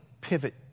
pivot